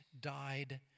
died